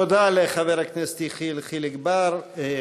תודה לחבר הכנסת יחיאל חיליק בר.